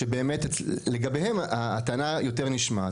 שלגביהם הטענה יותר נשמעת,